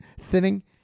thinning